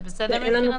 זה בסדר מצדכם?